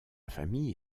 famille